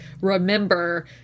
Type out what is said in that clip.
remember